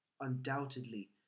undoubtedly